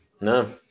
No